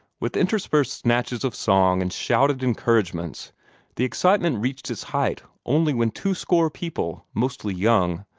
with interspersed snatches of song and shouted encouragements the excitement reached its height only when twoscore people, mostly young,